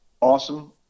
Awesome